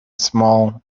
small